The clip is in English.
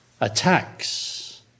attacks